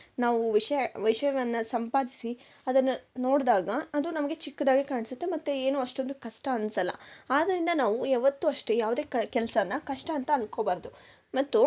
ನಾವು ವಿಷಯ ವಿಷಯವನ್ನು ಸಂಪಾದಿಸಿ ಅದನ್ನು ನೋಡ್ದಾಗ ಅದು ನಮಗೆ ಚಿಕ್ಕದಾಗಿ ಕಾಣಿಸುತ್ತೆ ಮತ್ತು ಏನು ಅಷ್ಟೊಂದು ಕಷ್ಟ ಅನ್ಸೋಲ್ಲ ಆದ್ದರಿಂದ ನಾವು ಯಾವತ್ತು ಅಷ್ಟೇ ಯಾವುದೇ ಕೆಲಸನ್ನು ಕಷ್ಟ ಅಂತ ಅಂದ್ಕೋಬಾರ್ದು ಮತ್ತು